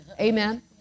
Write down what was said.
Amen